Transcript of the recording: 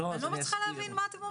אני לא מצליחה להבין מה אתם אומרים.